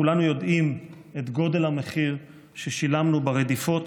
כולנו יודעים את גודל המחיר ששילמנו ברדיפות,